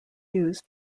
used